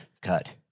cut